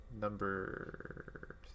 number